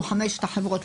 חמשת החברות,